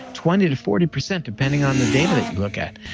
twenty to forty percent depending on the data that you look at.